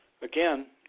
again